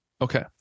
Okay